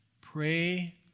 Pray